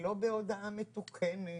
לא בהודעה מתוקנת,